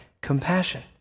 compassion